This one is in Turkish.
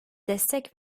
destek